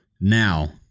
now